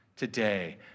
Today